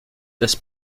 this